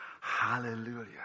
Hallelujah